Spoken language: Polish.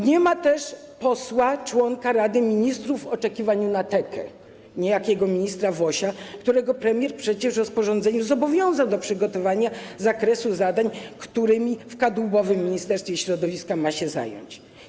Nie ma też posła członka Rady Ministrów w oczekiwaniu na tekę, niejakiego ministra Wosia, którego premier przecież w rozporządzeniu zobowiązał do przygotowania zakresu zadań, którymi w kadłubowym Ministerstwie Środowiska ma się zająć.